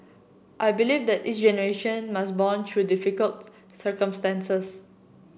I believe that each generation must bond through different circumstances